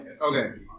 Okay